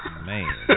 Man